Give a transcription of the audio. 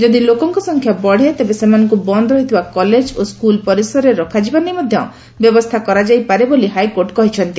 ଯଦି ଲୋକଙ୍କ ସଂଖ୍ୟା ବଢେ ତେବେ ସେମାନଙ୍କୁ ବନ୍ଦ ରହିଥିବା କଲେଜ ଓ ସ୍କୁଲ ପରିସରରେ ରଖାଯିବା ନେଇ ମଧ୍ଧ ବ୍ୟବସ୍କା କରାଯାଇପାରେ ବୋଲି ହାଇକୋର୍ଟ କହିଛନ୍ତି